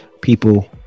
people